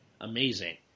amazing